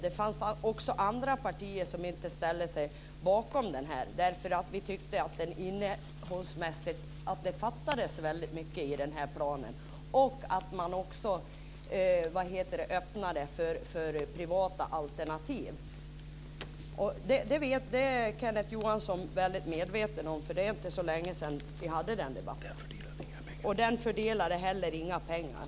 Det fanns också andra partier som inte ställde sig bakom den, därför att vi tyckte att det fattades väldigt mycket i planen och att man öppnade för privata alternativ. Det är Kenneth Johansson väldigt medveten om, för det är inte så länge sedan vi hade den debatten. Men i handlingsplanen fördelas inga pengar.